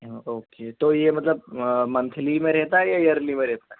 ہاں اوکے تو یہ مطلب منتھلی میں رہتا ہے یا ایئرلی میں رہتا